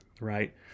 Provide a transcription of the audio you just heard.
right